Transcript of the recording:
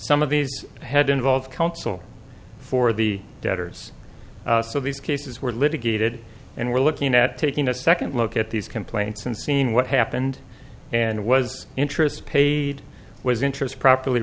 some of these had involved counsel for the debtors so these cases were litigated and we're looking at taking a second look at these complaints and seeing what happened and was interest paid was interest properly